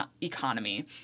economy